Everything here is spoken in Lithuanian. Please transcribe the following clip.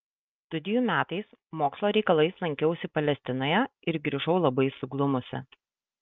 studijų metais mokslo reikalais lankiausi palestinoje ir grįžau labai suglumusi